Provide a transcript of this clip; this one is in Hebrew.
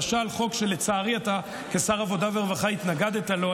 אבל רק הזכרת למשל חוק שלצערי אתה כשר העבודה והרווחה התנגדת לו.